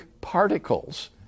particles